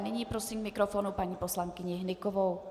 Nyní prosím k mikrofonu paní poslankyni Hnykovou.